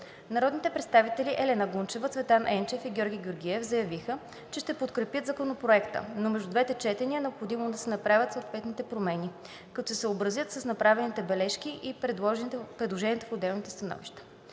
Народните представители Елена Гунчева, Цветан Енчев и Георги Георгиев заявиха, че ще подкрепят Законопроекта, но между двете четения е необходимо да се направят съответните промени, като се съобразят с направените бележки и предложения в отделните становища.